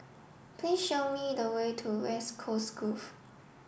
please show me the way to West Coast Grove